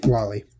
Wally